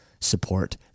support